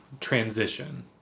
transition